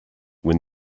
when